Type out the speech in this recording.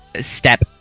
step